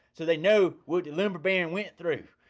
so they know what the lumber baron went through.